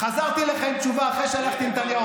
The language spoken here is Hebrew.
חזרתי אליך עם תשובה אחרי שהלכתי לנתניהו.